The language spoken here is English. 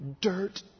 dirt